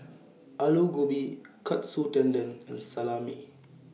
Alu Gobi Katsu Tendon and Salami